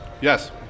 Yes